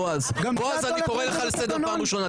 בועז, אני קורא לך לסדר פעם ראשונה.